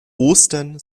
ostern